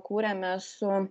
kūrėme su